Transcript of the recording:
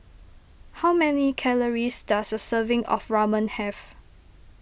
how many calories does a serving of Ramen have